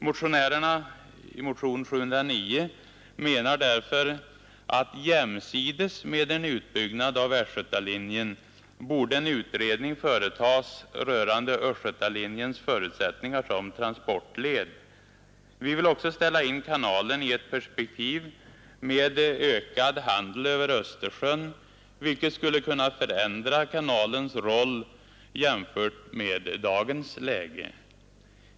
Undertecknarna av motionen 709 menar därför att jämsides med en utbyggnad av västgötalinjen borde en utredning företas rörande östgötalinjens förutsättningar som transportled. Vi vill också ställa in kanalen i ett perspektiv med ökad handel över Östersjön, vilket skulle kunna förändra kanalens roll jämfört med dagens läge.